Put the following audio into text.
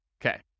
Okay